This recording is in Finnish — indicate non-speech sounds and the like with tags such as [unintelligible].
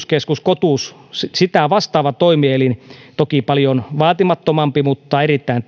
[unintelligible] keskus kotusta vastaavasta toimielimestä toki paljon vaatimattomammasta mutta erittäin [unintelligible]